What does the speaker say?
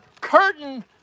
curtain